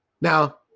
Now